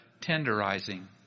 tenderizing